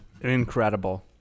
Incredible